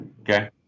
Okay